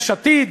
יש עתיד,